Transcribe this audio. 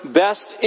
best